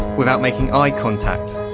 without making eye contact.